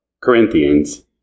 Corinthians